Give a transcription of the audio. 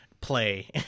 play